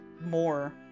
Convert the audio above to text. more